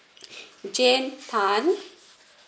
jane tan